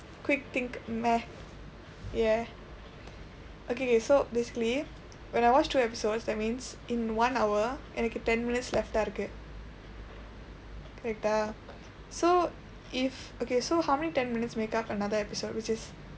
quick think math ya okay so basically when I watched two episodes that means in one hour எனக்கு:enakku ten minutes left ah இருக்கு:irukku right ah so if okay so how many ten minutes make up another episode which is